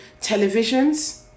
televisions